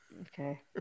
Okay